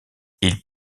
ils